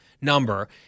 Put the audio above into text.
number